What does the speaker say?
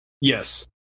Yes